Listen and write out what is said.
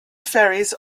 ferries